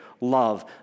love